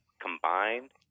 combined